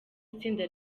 itsinda